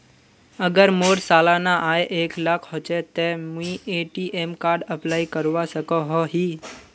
अगर मोर सालाना आय एक लाख होचे ते मुई ए.टी.एम कार्ड अप्लाई करवा सकोहो ही?